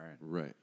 Right